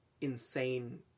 insane